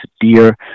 dear